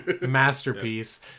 masterpiece